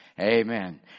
Amen